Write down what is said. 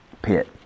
pit